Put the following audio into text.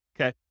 Okay